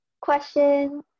question